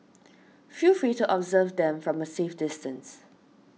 feel free to observe them from a safe distance